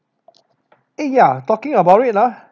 eh ya talking about it lah